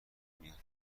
میاد